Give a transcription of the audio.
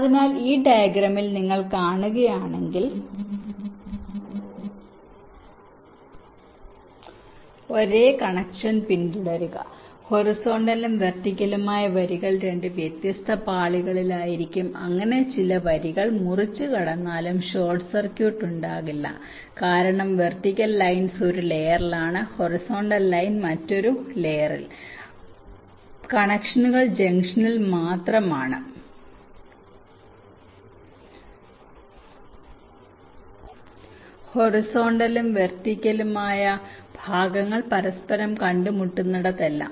അതിനാൽ ഈ ഡയഗ്രാമിൽ നിങ്ങൾ കാണുകയാണെങ്കിൽ ഒരേ കൺവെൻഷൻ പിന്തുടരുക ഹൊറിസോണ്ടലും വെർട്ടിക്കലുമായ വരികൾ 2 വ്യത്യസ്ത പാളികളിലായിരിക്കും അങ്ങനെ ചില വരികൾ മുറിച്ചുകടന്നാലും ഷോർട്ട് സർക്യൂട്ട് ഉണ്ടാകില്ല കാരണം വെർട്ടിക്കൽ ലൈൻസ് ഒരു ലെയറിലാണ് ഹൊറിസോണ്ടൽ ലൈൻ മറ്റൊരു ലെയറിൽ കണക്ഷനുകൾ ജംഗ്ഷനിൽ മാത്രമാണ് ഹൊറിസോണ്ടലും വെർട്ടിക്കലുമായ ഭാഗങ്ങൾ പരസ്പരം കണ്ടുമുട്ടുന്നിടത്തെല്ലാം